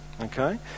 okay